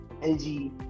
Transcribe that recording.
LG